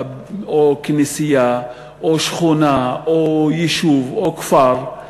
או כנסייה, או שכונה, או יישוב, או כפר,